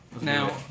Now